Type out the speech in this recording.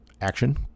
Action